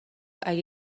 اگه